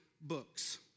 books